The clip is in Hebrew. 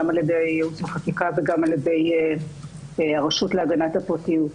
גם על ידי ייעוץ וחקיקה וגם על ידי הרשות להגנת הפרטיות.